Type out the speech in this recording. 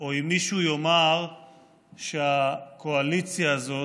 או אם מישהו יאמר שהקואליציה הזאת,